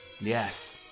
Yes